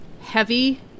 heavy